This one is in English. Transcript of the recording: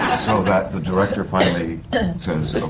so that the director finally says.